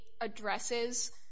addresses